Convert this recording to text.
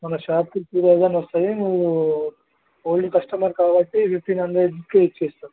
మన షాప్కి three thousand వస్తాయి నువ్వు ఓల్డ్ కస్టమర్ కాబట్టి ఫిఫ్టీన్ హండ్రెడ్కి ఇచ్చేస్తా